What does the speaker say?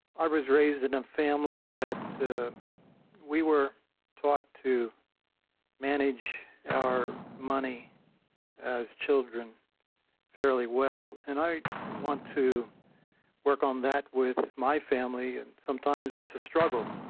i was raised in a family that we were taught to manage our money as children fairly well, and i want to work on that with my family, and sometimes that's a struggle.